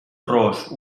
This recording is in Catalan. ros